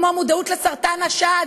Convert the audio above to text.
כמו מודעוּת לסרטן השד,